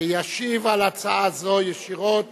ישיב על הצעה זו ישירות